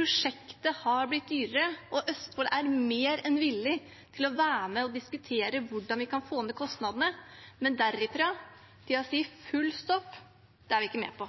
og Østfold er mer enn villig til å være med og diskutere hvordan vi kan få ned kostnadene, men derfra til å si full stopp, det er vi ikke med på.